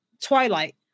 Twilight